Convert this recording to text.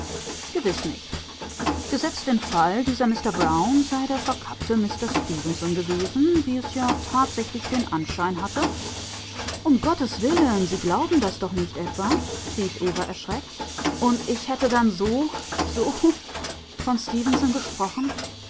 gewiß nicht gesetzt den fall dieser mister brown sei der verkappte mister stefenson gewesen wie es ja tatsächlich den anschein hatte um gottes willen sie glauben das doch nicht etwa rief eva erschreckt und ich hätte dann so so von stefenson gesprochen